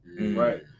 Right